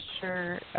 sure